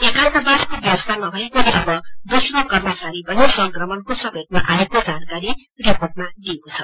एक्रान्तवासको व्यवस्था नभएकोले अब दोस्रो कर्मचारी पनि संक्रमणको चपेटमा आएको जानकारी रिपोर्टमा दिइएको छ